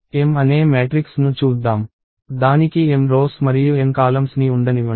M అనే matrix ను చూద్దాం దానికి m రోస్ మరియు n కాలమ్స్ ని ఉండనివ్వండి